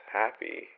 happy